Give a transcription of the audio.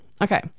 okay